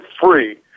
free